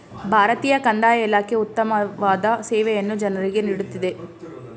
ಭಾರತೀಯ ಕಂದಾಯ ಇಲಾಖೆ ಉತ್ತಮವಾದ ಸೇವೆಯನ್ನು ಜನರಿಗೆ ನೀಡುತ್ತಿದೆ